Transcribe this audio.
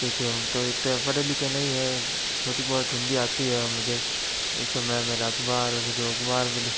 क्योंकि हम तो इतने पढ़े लिखे नहीं हैं थोड़ी बहुत हिंदी आती है मुझे उससे मैं मेरा अख़बार है ना जो अख़बार मिले